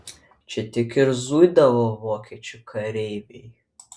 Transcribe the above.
čia tik ir zuidavo vokiečių kareiviai